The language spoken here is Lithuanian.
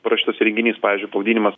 parašytas renginys pavyzdžiui pavadinimas